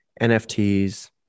NFTs